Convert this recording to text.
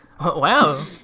Wow